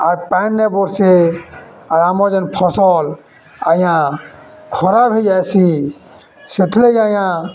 ଆର୍ ପାଏନ୍ ନେବର୍ଷେ ଆରାଯେନ୍ ଫସଲ୍ ଆଜ୍ଞା ଖରାପ୍ ହେଇଯାଏସି ସେଥିରଲାଗି ଆଜ୍ଞା